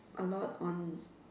a lot on